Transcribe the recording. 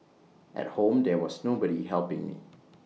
at home there was nobody helping me